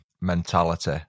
mentality